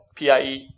PIE